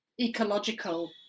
ecological